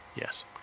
Yes